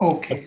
Okay